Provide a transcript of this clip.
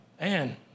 Man